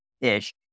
ish